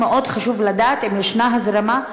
מאוד חשוב לדעת אם יש הזרמה,